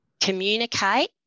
Communicate